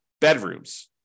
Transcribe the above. bedrooms